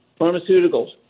pharmaceuticals